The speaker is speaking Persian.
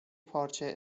پارچه